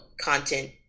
content